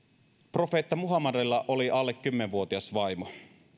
profeetta muhammadilla oli alle kymmenvuotias vaimo